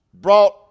brought